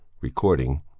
recording